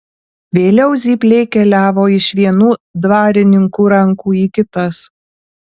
vėliau zypliai keliavo iš vienų dvarininkų rankų į kitas